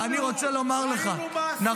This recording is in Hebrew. אני רוצה לומר לך --- ראינו מה עשית --- עם כולנו.